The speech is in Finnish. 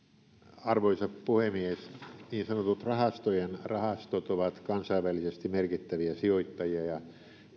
arvoisa puhemies niin sanotut rahastojen rahastot ovat kansainvälisesti merkittäviä sijoittajia ja